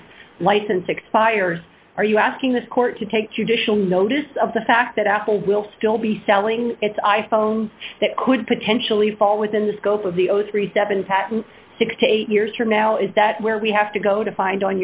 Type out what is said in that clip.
this license expires are you asking the court to take judicial notice of the fact that apple will still be selling its i phones that could potentially fall within the scope of the thirty seven patent six to eight years from now is that where we have to go to fi